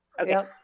Okay